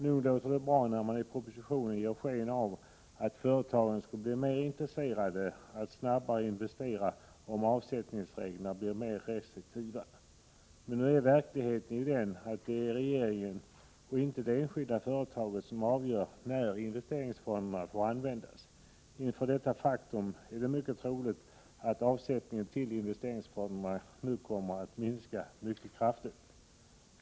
Nog låter det bra när man i propositionen ger sken av att företagen skall bli mer intresserade av att investera snabbare, om avsättningsreglerna blir mer restriktiva. Men verkligheten är ju den att det är regeringen och inte det enskilda företaget som avgör när investeringsfonderna får användas. Inför detta faktum är det mycket troligt att avsättningarna till investeringsfonder nu kommer att minska mycket kraftigt.